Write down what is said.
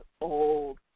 old